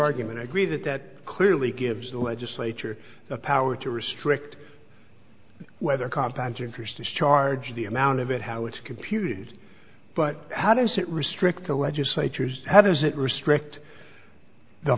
argument i agree that that clearly gives the legislature the power to restrict whether compound interest is charged the amount of it how it's computed but how does it restrict the legislatures how does it restrict the